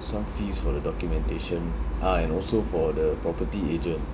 some fees for the documentation ah and also for the property agent